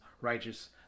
righteous